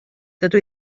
dydw